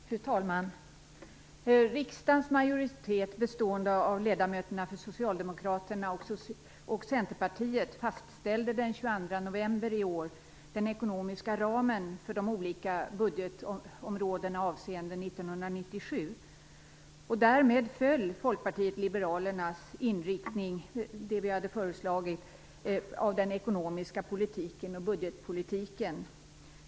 Fru talman! Riksdagens majoritet bestående av ledamöterna för Socialdemokraterna och Centerpartiet, fastställde den 22 november i år den ekonomiska ramen för de olika budgetområdena avseende 1997. Därmed föll Folkpartiet liberalernas föreslagna inriktning av den ekonomiska politiken och budgetpolitiken.